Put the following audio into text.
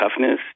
toughness